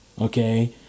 okay